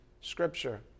Scripture